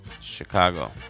Chicago